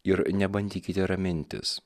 ir nebandykite ramintis